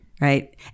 Right